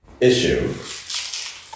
issue